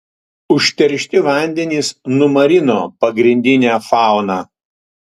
užteršti vandenys numarino pagrindinę fauną